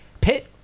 Pitt